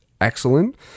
excellent